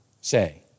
say